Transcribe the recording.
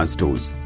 Stores